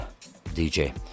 DJ